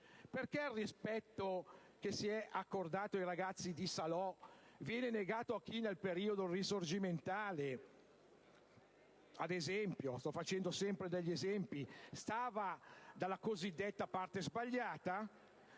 Perché il rispetto che si è accordato ai ragazzi di Salò viene negato a chi, nel periodo risorgimentale, ad esempio, stava dalla cosiddetta parte sbagliata?